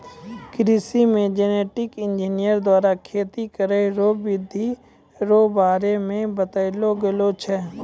कृषि मे genetic engineer द्वारा खेती करै रो बिधि रो बारे मे बतैलो गेलो छै